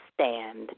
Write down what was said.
stand